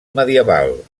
medieval